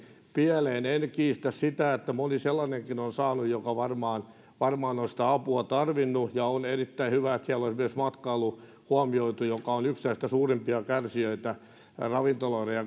pieleen en kiistä sitä että moni sellainenkin on saanut joka varmaan on sitä apua tarvinnut ja on erittäin hyvä että siellä on esimerkiksi huomioitu matkailu joka on yksi näitä suurimpia kärsijöitä ravintoloiden ja